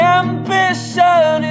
ambition